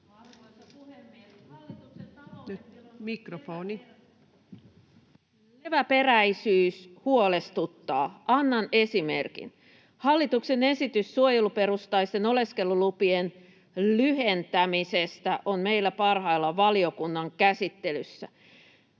leväperäisyys huolestuttaa. Annan esimerkin. Hallituksen esitys suojeluperustaisten oleskelulupien lyhentämisestä on meillä parhaillaan valiokunnan käsittelyssä.